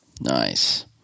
Nice